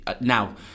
Now